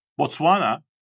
Botswana